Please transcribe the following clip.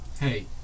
Hey